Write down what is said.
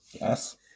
Yes